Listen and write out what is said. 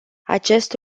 acest